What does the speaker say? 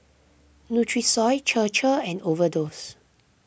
Nutrisoy Chir Chir and Overdose